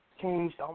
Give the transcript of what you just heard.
changed